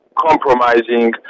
compromising